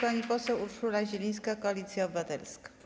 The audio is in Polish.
Pani poseł Urszula Zielińska, Koalicja Obywatelska.